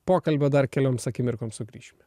pokalbio dar kelioms akimirkoms sugrįšime